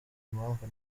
impamvu